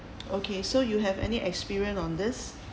okay so you have any experience on this